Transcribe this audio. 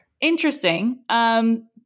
interesting